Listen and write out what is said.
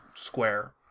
square